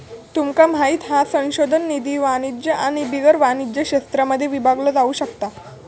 तुमका माहित हा संशोधन निधी वाणिज्य आणि बिगर वाणिज्य क्षेत्रांमध्ये विभागलो जाउ शकता